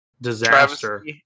disaster